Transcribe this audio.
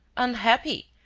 unhappy!